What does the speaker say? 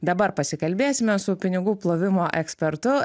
dabar pasikalbėsime su pinigų plovimo ekspertu